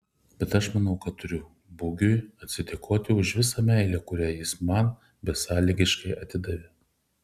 bet aš manau kad turiu bugiui atsidėkoti už visą meilę kurią jis man besąlygiškai atidavė